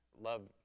love